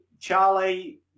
Charlie